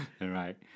right